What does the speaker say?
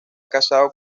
casado